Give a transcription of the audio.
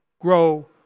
grow